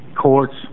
courts